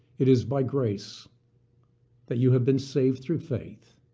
it is by grace that you have been saved through faith,